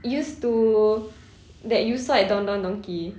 used to that you saw at Don Don Donki